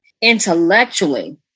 Intellectually